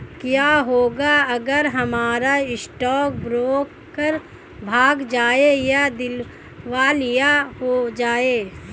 क्या होगा अगर हमारा स्टॉक ब्रोकर भाग जाए या दिवालिया हो जाये?